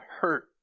hurt